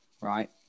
right